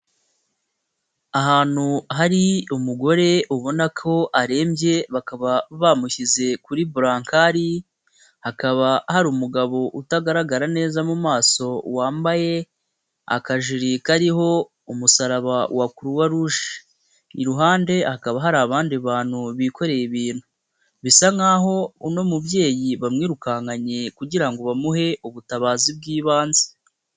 Ahantu hari umugore ubona ko arembye bakaba bamushyize kuri burankali, hakaba hari umugabo utagaragara neza mu maso wambaye akajiri kariho umusaraba wa Croix Rouge, iruhande hakaba hari abandi bantu bikoreye ibintu, bisa nk'aho uno mubyeyi bamwirukankanye kugira ngo bamuhe ubutabazi bw'ibanze.